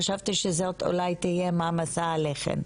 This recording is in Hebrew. חשבתי שזאת אולי תהיה מעמסה עליכם,